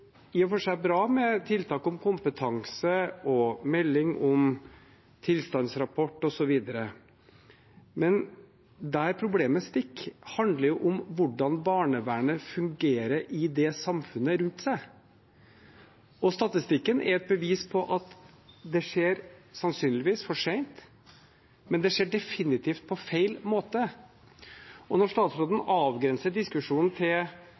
i og for seg bra med tiltak om kompetanse, melding og tilstandsrapport og så videre, men der problemet stikker, handler om hvordan barnevernet fungerer i samfunnet rundt seg. Statistikken er et bevis på at det sannsynligvis skjer for sent, men det skjer definitivt på feil måte. Når statsråden avgrenser diskusjonen til